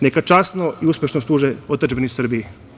Neka časno i uspešno služe otadžbini Srbiji.